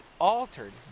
altered